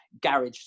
garage